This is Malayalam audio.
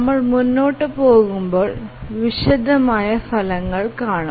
നമ്മൾ മുന്നോട്ട് പോകുമ്പോൾ വിശദമായ ഫലങ്ങൾ കാണും